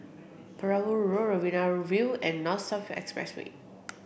Perahu Road Riverina View and North South Expressway